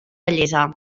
bellesa